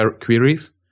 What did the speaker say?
queries